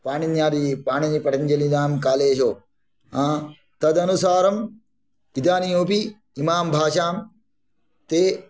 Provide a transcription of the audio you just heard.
पाणिन्यादि पाणिनिपतञ्जलिनां कालेषु तदनुसारम् इदानीमपि इमां भाषां ते